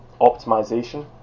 optimization